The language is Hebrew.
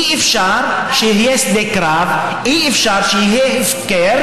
אי-אפשר שיהיה שדה קרב, אי-אפשר שיהיה הפקר,